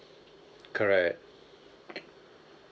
correct